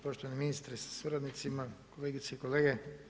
Poštovani ministre sa suradnicima, kolegice i kolege.